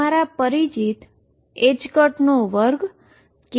જે હવે તમારા પરિચિત 2k22m છે